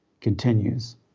continues